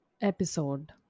episode